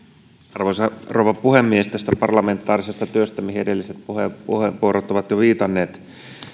arvoisa rouva puhemies tästä parlamentaarisesta työstä mihin edelliset puheenvuorot ovat jo viitanneet